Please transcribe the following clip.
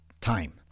time